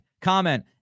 comment